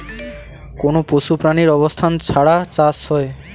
কোনো পশু প্রাণীর অবস্থান ছাড়া চাষ হয়